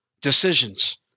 decisions